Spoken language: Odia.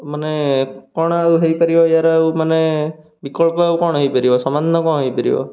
ମାନେ କ'ଣ ଆଉ ହୋଇପାରିବ ଏହାର ଆଉ ମାନେ ବିକଳ୍ପ ଆଉ କ'ଣ ହୋଇପାରିବ ସମାଧାନ କ'ଣ ହୋଇପାରିବ